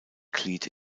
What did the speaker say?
glied